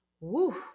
woo